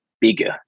bigger